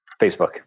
Facebook